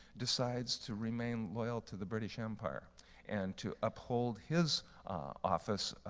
decides to remain loyal to the british empire and to uphold his office,